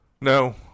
No